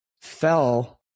fell